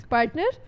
Partner